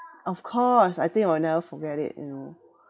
of course I think I will never forget it you know